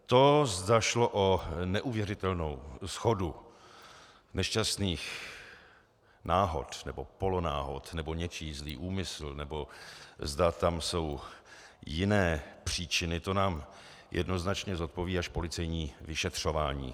To, zda šlo o neuvěřitelnou shodu nešťastných náhod nebo polonáhod, nebo něčí zlý úmysl, nebo zda tam jsou jiné příčiny, to nám jednoznačně zodpoví až policejní vyšetřování.